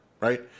right